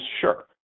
sure